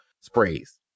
sprays